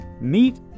meet